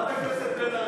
חברת הכנסת בן ארי,